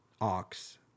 ox